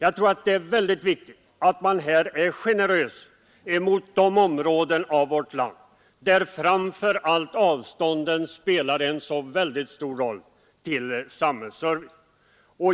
I detta fall anser jag att det är viktigt att man är generös mot de områden av vårt land där avstånden till samhällsservicen spelar en så stor roll.